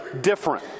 different